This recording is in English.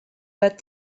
but